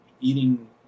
eating